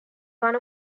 one